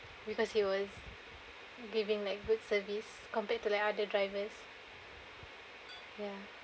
because he was giving like good service compared to like other drivers ya